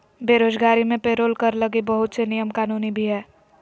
बेरोजगारी मे पेरोल कर लगी बहुत से नियम कानून भी हय